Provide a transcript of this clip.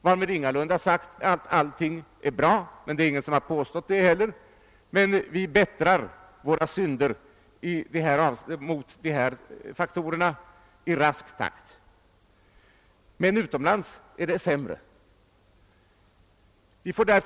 Därmed är ingalunda sagt att alla här är bra — det har heller ingen påstått — men vi försöker i rask takt minska våra försyndelser i dessa avseenden. Utomlands är det emellertid sämre ställt.